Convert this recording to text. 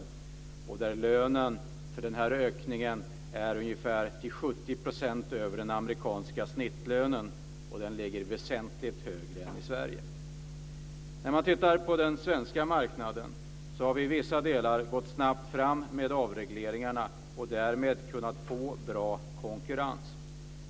Lönen för dem som får dessa jobb ligger ungefär 70 % över den amerikanska snittlönen, och denna ligger väsentligt högre än i Sverige. När man tittar på den svenska marknaden ser man att vi i vissa delar har gått snabbt fram med avregleringar och därmed kunnat få bra konkurrens.